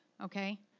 okay